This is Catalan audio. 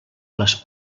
les